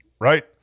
Right